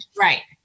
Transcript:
Right